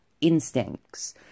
instincts